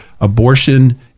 abortion